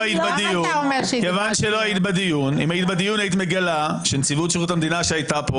אם היית בדיון היית מגלה שנציבות שירות המדינה שהייתה פה